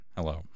Hello